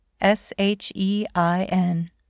S-H-E-I-N